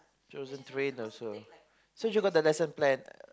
she wasn't trained also so she got the lesson plan